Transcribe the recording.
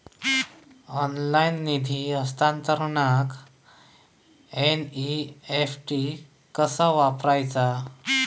Online निधी हस्तांतरणाक NEFT कसा वापरायचा?